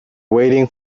waiting